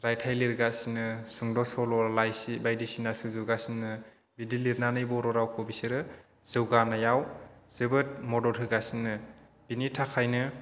रायथाइ लिरगासिनो सुंद' सल' लाइसि बायदिसिना सुजुगासिनो बिदि लिरनानै बर' रावखौ बिसोरो जौगानायाव जोबोद मदद होगासिनो बिनि थाखायनो